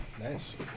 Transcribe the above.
Nice